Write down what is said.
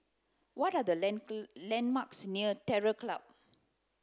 what are the landmarks near Terror Club